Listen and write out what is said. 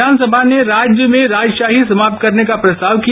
संविधान सभा ने राज्य में राजशाही समाप्त करने का प्रस्ताव किया